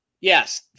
Yes